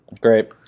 Great